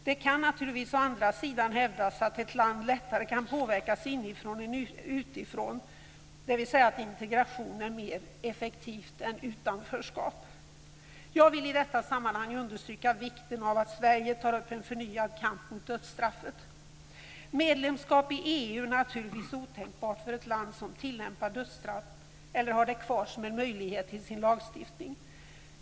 Det kan naturligtvis å andra sidan hävdas att ett land lättare kan påverkas inifrån än utifrån, dvs. att integration är mer effektivt än utanförskap. Jag vill i detta sammanhang understryka vikten av att Sverige tar upp en förnyad kamp mot dödsstraffet. Medlemskap i EU är naturligtvis otänkbart för ett land som tillämpar dödsstraff eller har det kvar som en möjlighet i sin lagstiftning.